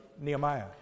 Nehemiah